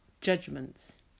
judgments